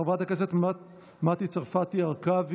חברת הכנסת טלי גוטליב,